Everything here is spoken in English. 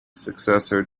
successor